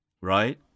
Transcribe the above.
Right